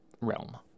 realm